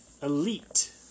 Elite